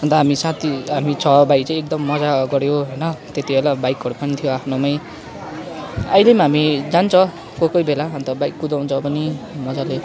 अन्त हामी साथी हामी छ भाइ चाहिँ एकदम मज्जा गऱ्यो होइन त्यति बेला बाइकहरू पनि थियो आफ्नोमै अहिले पनि हामी जान्छ कोही कोही बेला अन्त बाइक कुदाउँछ पनि मज्जाले